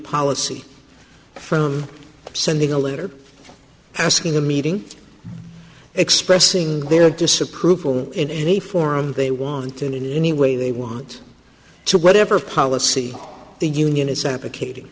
policy from sending a letter asking a meeting expressing their disapproval in any forum they want in any way they want to whatever policy the union is advocating